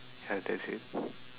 ya that's it